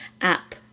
app